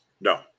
No